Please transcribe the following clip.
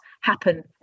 happen